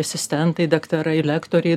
asistentai daktarai lektoriai